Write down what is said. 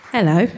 Hello